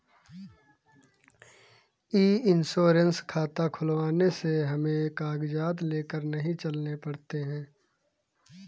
ई insurance खाता खुलवाने से हमें कागजात लेकर नहीं चलने पड़ते